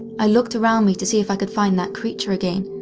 i looked around me to see if i could find that creature again,